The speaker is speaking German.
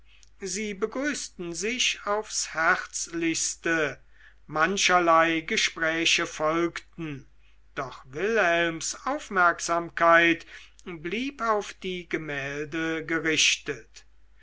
sie begrüßten sich aufs herzlichste mancherlei gespräche folgten doch wilhelms aufmerksamkeit blieb auf die gemälde gerichtet